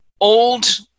old